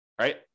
right